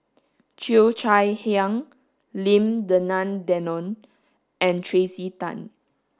Cheo Chai Hiang Lim Denan Denon and Tracey Tan